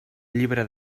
llibre